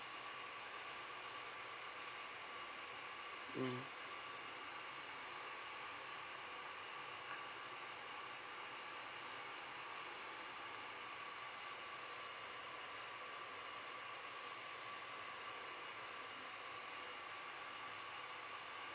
mm